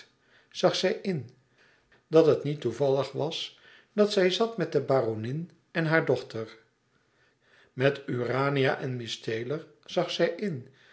zag zij in dat het niet toevallig was dat zij zat met de baronin en hare dochter met urania en miss taylor zag zij in